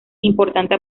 importante